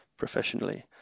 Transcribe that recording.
professionally